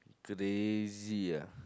crazy ah